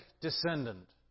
descendant